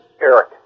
Eric